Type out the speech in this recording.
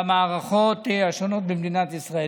במערכות השונות במדינת ישראל.